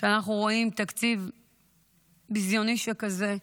כשאנחנו רואים תקציב ביזיוני שכזה,